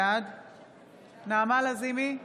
בעד נעמה לזימי,